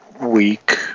week